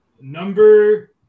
number